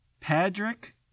Patrick